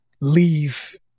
leave